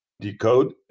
decode